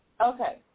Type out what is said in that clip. okay